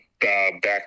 Back